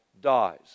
dies